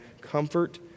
Comfort